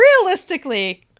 Realistically